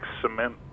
cement